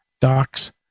docs